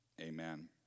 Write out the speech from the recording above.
Amen